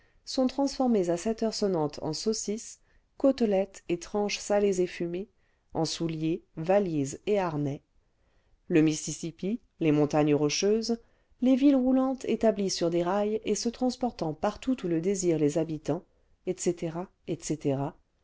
sont transformés à sept heures sonnantes en saucisses côtelettes et tranches salées et fumées en souliers valises et harnais le mississipi les montagnes rocheuses les villes roulantes établies sur des rails et se transportant partout où le désirent les habitants etc etc